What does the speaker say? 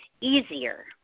easier